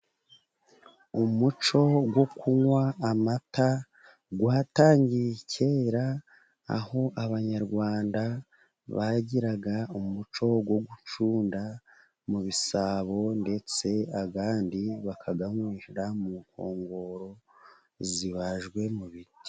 Umuco wo kunywa amata watangiye kera, aho abanyarwanda bagiraga umuco wo gucunda mu bisabo, ndetse abandi bakayanywera mu nkongoro zibajwe mu ibiti.